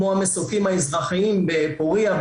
כמו המסוקים האזרחיים בפורייה,